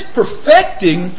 perfecting